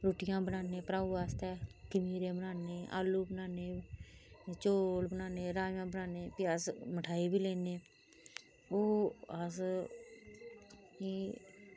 रुट्टियां बनान्ने भ्रांऊ आस्तै खमीरे बनान्ने आलू बनान्ने चौल बनान्ने रांजमां बनान्ने अस मिठाई बी लैन्ने ओह् अस एह्